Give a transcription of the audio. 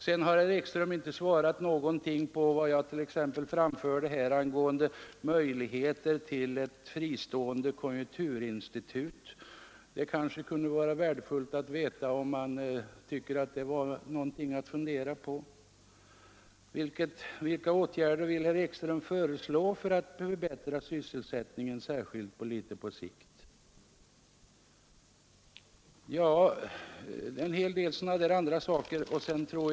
Herr Ekström har inte svarat på det jag anförde om möjligheterna till ett fristående konjunkturinstitut. Det vore värdefullt att få veta om han tycker att det är någonting att fundera på. Vilka åtgärder vill herr Ekström föreslå för att förbättra sysselsättningen, särskilt på litet längre sikt? Det är inte vidare rekommenderande för finansutskottets ordförande när han i ett beträngt läge väljer att beskriva oppositionens olika partier såsom rävar som samsas nere i en rävhåla, där de gnager på varandra men där det tydligen finns olika utgångar.